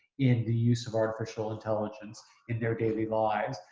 in the use of artificial intelligence in their daily lives,